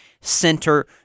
center